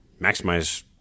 maximize